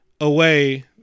away